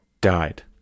died